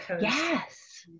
yes